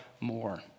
more